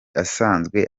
asanzwe